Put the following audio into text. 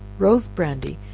rose brandy,